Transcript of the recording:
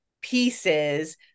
pieces